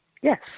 yes